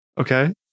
Okay